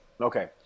Okay